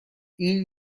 این